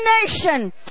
nation